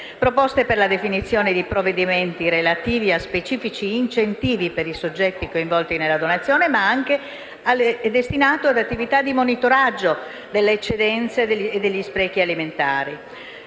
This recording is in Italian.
e per la definizione di provvedimenti relativi a specifici incentivi per i soggetti coinvolti nella donazione, nonché con funzioni di monitoraggio delle eccedenze e degli sprechi alimentari,